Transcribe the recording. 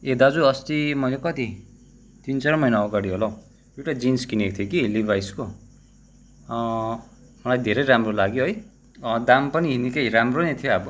ए दाजु अस्ति मैले कति तिन चार महिना अगाडि होला हौ एउटा जिन्स किनेको थिएँ कि लिभाइसको मलाई धेरै राम्रो लाग्यो है दाम पनि निकै राम्रो नै थियो अब